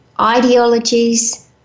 ideologies